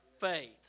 faith